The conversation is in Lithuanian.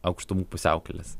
aukštumų pusiaukeles